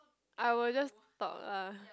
I will just talk lah